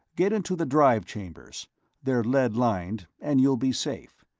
get into the drive chambers they're lead-lined and you'll be safe.